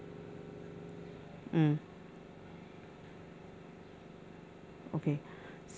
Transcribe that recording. mm okay